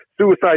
suicide